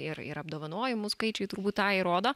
ir ir apdovanojimų skaičiai turbūt tą įrodo